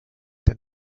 der